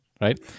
right